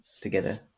together